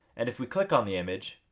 and if we click on the image,